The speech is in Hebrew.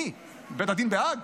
מי, בית הדין בהאג?